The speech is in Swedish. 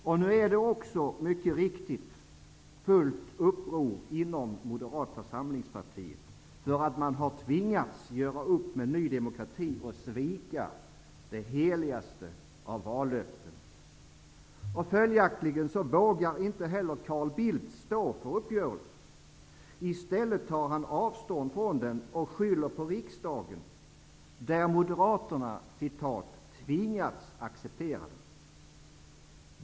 Och nu är också, mycket riktigt, det fullt uppror inom Moderata samlingspartiet, därför att man tvingats göra upp med Ny demokrati och svika det heligaste av vallöften. Följaktligen vågar inte heller Carl Bildt stå för uppgörelsen. I stället tar han avstånd från skatteuppgörelsen och skyller på riksdagen, där Moderaterna ''tvingats acceptera'' den.